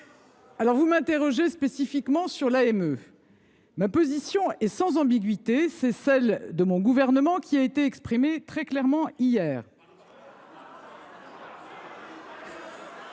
! Vous m’interrogez spécifiquement sur l’AME. Ma position est sans ambiguïté. C’est celle de mon gouvernement et elle a été exprimée très clairement hier.